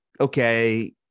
okay